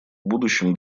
будущем